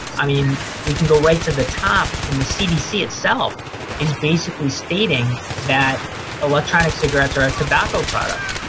i mean we can go right to the top and the cdc itself is basically stating that electronic cigarettes are a tobacco product.